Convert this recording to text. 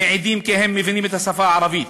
מעידים כי הם מבינים את השפה הערבית,